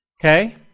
okay